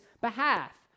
behalf